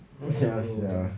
你想要是 lah